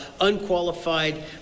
unqualified